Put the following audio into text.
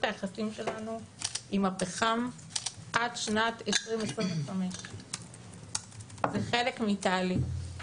היחסים שלנו עם הפחם עד שנת 2025. זה חלק מתהליך.